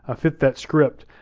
ah fit that script,